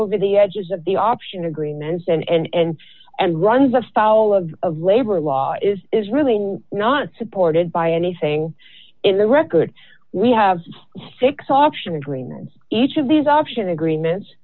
over the edges of the option agreements and and runs afoul of labor law is is really not supported by anything in the record we have six auction agreements each of these option agreements